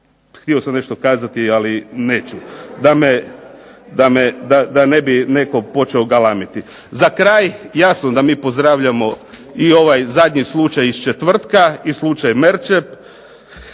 Htio sam nešto kazati, ali neću da me, da ne bi netko počeo galamiti. Za kraj, jasno da mi pozdravljamo i ovaj zadnji slučaj iz četvrtka i slučaj Merčep.